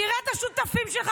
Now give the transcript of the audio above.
תראה את השותפים שלך,